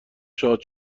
شاد